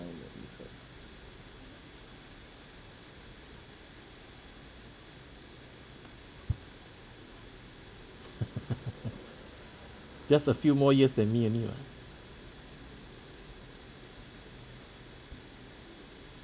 when you had just a few more years than me only what